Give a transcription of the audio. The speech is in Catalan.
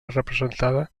representada